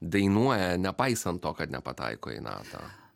dainuoja nepaisant to kad nepataiko į natą